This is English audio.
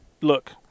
look